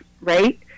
right